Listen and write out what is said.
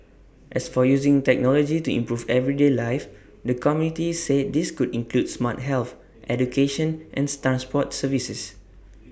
as for using technology to improve everyday life the committee said this could include smart health education and Stan Sport services